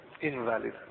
Invalid